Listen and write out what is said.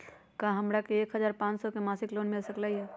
का हमरा के एक हजार पाँच सौ के मासिक लोन मिल सकलई ह?